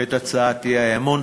את הצעות האי-אמון.